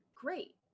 Great